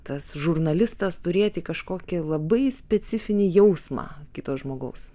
tas žurnalistas turėti kažkokį labai specifinį jausmą kito žmogaus